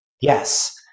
Yes